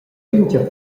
pintga